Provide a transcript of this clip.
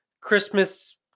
Christmas